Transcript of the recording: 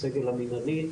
הסגל המינהלי.